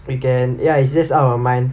we can ya it is just out of our mind